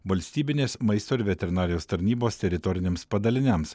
valstybinės maisto ir veterinarijos tarnybos teritoriniams padaliniams